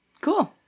cool